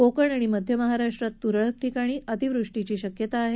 कोकण आणि मध्य महाराष्ट्रात तुरळक ठिकाणी अतिवृष्टीची शक्यता आहे